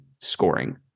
scoring